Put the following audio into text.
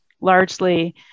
largely